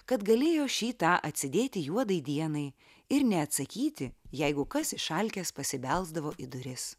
kad galėjo šį tą atsidėti juodai dienai ir neatsakyti jeigu kas išalkęs pasibelsdavo į duris